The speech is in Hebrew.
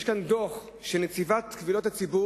יש כאן דוח של נציבת קבילות הציבור,